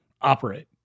operate